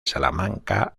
salamanca